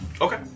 Okay